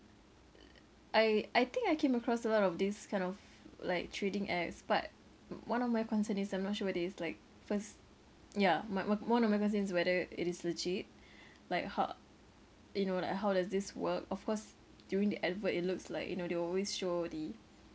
I I think I came across a lot of this kind of like trading apps but one of my concern is I'm not sure whether it's like first yeah my my one of my concern is whether it is legit like how you know like how does this work of course during the advert it looks like you know they will always show the